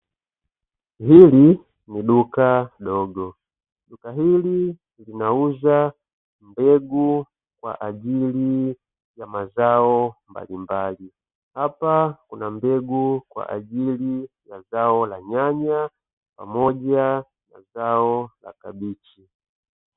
Hili ni duka dogo, duka hili linauza mbegu kwa ajili ya mazao mbalimbali, hapa kuna mbegu kwa ajili ya zao la nyanya pamoja na zao la kabichi.